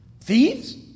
Thieves